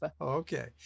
Okay